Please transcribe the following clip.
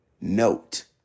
note